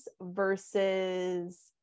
versus